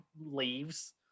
leaves